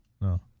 no